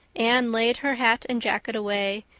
anne laid her hat and jacket away,